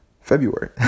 February